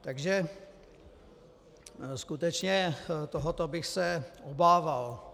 Takže skutečně tohoto bych se obával.